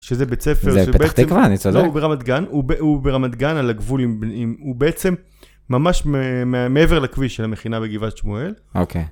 שזה בית ספר, הוא בפתח תקווה? אני צודק? לא, הוא ברמת גן, הוא ברמת גן על הגבול עם, הוא בעצם ממש מעבר לכביש של המכינה בגבעת שמואל. אוקיי.